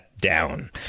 down